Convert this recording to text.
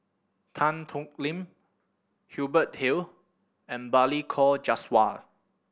Tan Thoon Lip Hubert Hill and Balli Kaur Jaswal